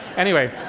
anyway,